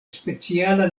speciala